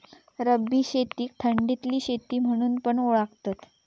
रब्बी शेतीक थंडीतली शेती म्हणून पण ओळखतत